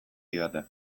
didate